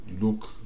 Look